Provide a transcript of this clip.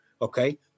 Okay